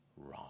wrong